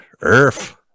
Earth